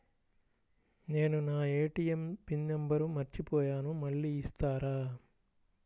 నేను నా ATM pin number మర్చిపోయాను మళ్ళీ ఇస్తారా?